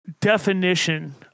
definition